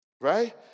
Right